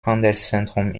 handelszentrum